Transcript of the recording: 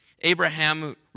Abraham